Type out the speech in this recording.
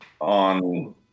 on